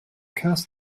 cast